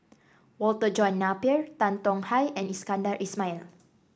Walter John Napier Tan Tong Hye and Iskandar Ismail